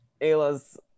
Ayla's